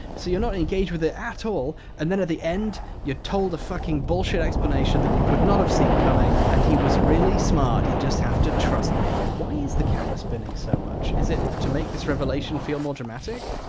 so you're not engaged with it at all, and then at the end, you're told a fucking bullshit explanation that you could not have seen coming. and he was really smart you just have to trust me why is the camera spinning so much? is it to make this revelation feel more dramatic?